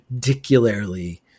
particularly